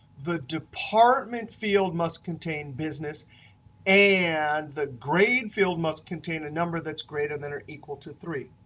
the department field must contain business and the grade field must contain a number that's greater than or equal to three.